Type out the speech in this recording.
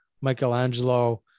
Michelangelo